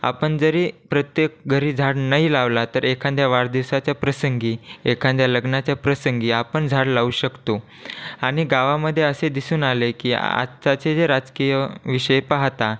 आपण जरी प्रत्येक घरी झाड नाही लावलं तरी एखाद्या वाढदिवसाच्या प्रसंगी एखाद्या लग्नाच्या प्रसंगी आपण झाड लावू शकतो आणि गावामध्ये असे दिसून आले की आताचे जे राजकीय विषय पाहता